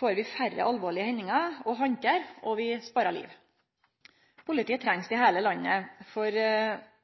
får vi færre alvorlege hendingar å handtere, og vi sparar liv. Politiet trengst i heile landet for